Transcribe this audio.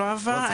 לא אהבה,